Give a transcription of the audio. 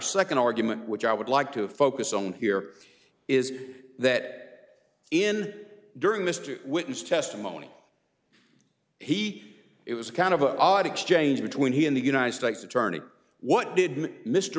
second argument which i would like to focus on here is that in during mr witness testimony he it was kind of a odd exchange between he and the united states attorney what did mr